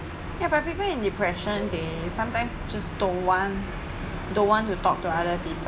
ya but people in depression they sometimes just don't want don't want to talk to other people